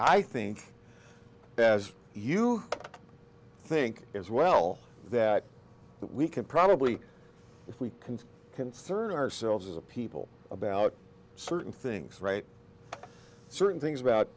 i think as you think as well that we can probably if we can conserve ourselves as a people about certain things right certain things about